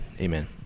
Amen